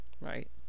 right